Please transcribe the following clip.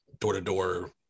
door-to-door